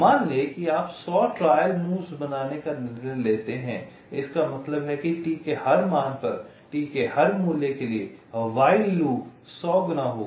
मान लें कि आप 100 ट्रायल मूव्स बनाने का निर्णय लेते हैं इसका मतलब है T के हर मान पर T के हर मूल्य के लिए while loop 100 गुना होगा